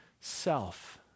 self